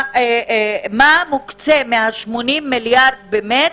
מוקצה מה-80 מיליארד באמת,